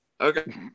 Okay